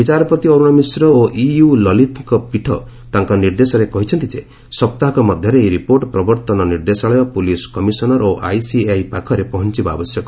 ବିଚାରପତି ଅରୁଣ ମିଶ୍ର ଓ ୟୁୟୁ ଲଳିତଙ୍କ ପୀଠ ତାଙ୍କ ନିର୍ଦ୍ଦେଶରେ କହିଛନ୍ତି ଯେ ସପ୍ତାହକ ମଧ୍ୟରେ ଏହି ରିପୋର୍ଟ୍ ପ୍ରବର୍ଭନ ନିର୍ଦ୍ଦେଶାଳୟ ପ୍ରଲିସ୍ କମିଶନର ଓ ଆଇସିଏଆଇ ପାଖରେ ପହଞ୍ଚିବା ଆବଶ୍ୟକ